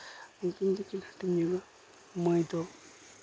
ᱩᱱᱠᱤᱱ ᱫᱚᱠᱤᱱ ᱦᱟᱹᱴᱤᱧ ᱡᱚᱝᱚᱜᱼᱟ ᱢᱟᱹᱭ ᱫᱚ